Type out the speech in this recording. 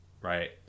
Right